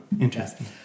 Interesting